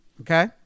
Okay